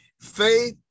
Faith